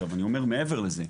עכשיו אני אומר מעבר לזה,